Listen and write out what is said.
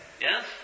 Yes